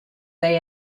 they